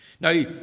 Now